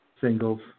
singles